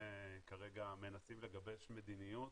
מנסים לגבש מדיניות